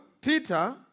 Peter